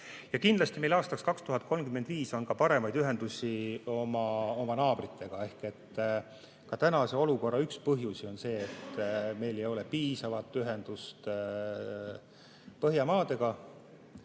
Kindlasti on meil aastaks 2035 ka paremad ühendused oma naabritega. Praeguse olukorra üks põhjusi on see, et meil ei ole piisavat ühendust Põhjamaadega.